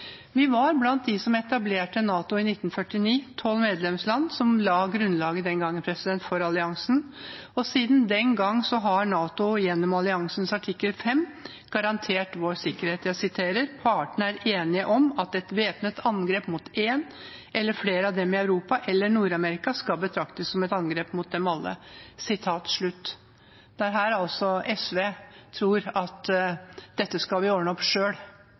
Vi var blant dem som etablerte NATO i 1949 – tolv medlemsland som den gang la grunnlaget for alliansen – og siden den gang har NATO gjennom alliansens artikkel 5 garantert vår sikkerhet. Jeg siterer: «Partene er enige om at et væpnet angrep mot en eller flere av dem i Europa eller Nord-Amerika skal betraktes som et angrep mot dem alle.» Det er her SV tror at dette skal vi ordne opp